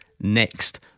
next